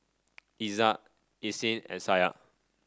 Izzat Isnin and Syah